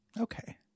Okay